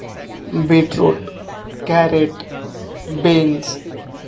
beetroot carrots beans